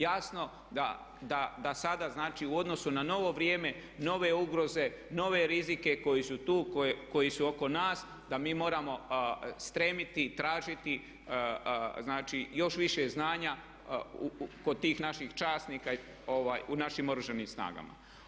Jasno da sada znači u odnosu na novo vrijeme, nove ugroze, nove rizike koji su tu, koji su oko nas da mi moramo stremiti, tražiti znači još više znanja kod tih naših časnika u našim Oružanim snagama.